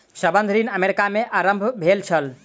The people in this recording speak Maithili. संबंद्ध ऋण अमेरिका में आरम्भ भेल छल